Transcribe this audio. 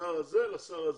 השר הזה לשר הזה,